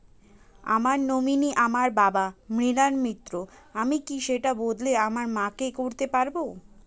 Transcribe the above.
আমার নমিনি আমার বাবা, মৃণাল মিত্র, আমি কি সেটা বদলে আমার মা কে করতে পারি?